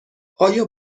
آیا